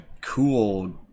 cool